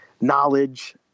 knowledge